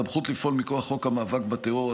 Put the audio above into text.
הסמכות לפעול מכוח חוק המאבק בטרור,